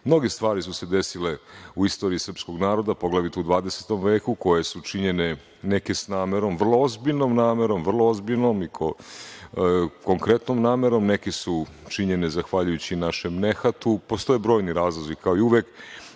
Mnoge stvari su se desile u istoriji srpskog naroda, pogledajte u 20. veku, koje su činjene neke s namerom, vrlo ozbiljnom i konkretnom namerom, a neke su činjene zahvaljujući našem nehatu. Postoje brojni razlozi kao i uvek,